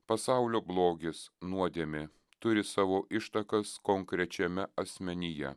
pasaulio blogis nuodėmė turi savo ištakas konkrečiame asmenyje